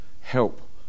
help